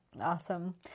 Awesome